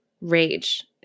rage